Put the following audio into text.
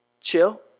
chill